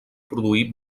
produir